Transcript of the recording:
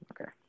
Okay